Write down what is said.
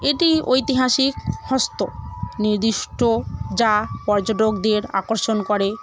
এটি ঐতিহাসিক হস্ত নির্দিষ্ট যা পর্যটকদের আকর্ষণ করে